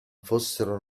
fossero